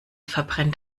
verbrennt